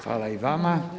Hvala i vama.